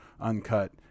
uncut